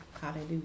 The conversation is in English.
hallelujah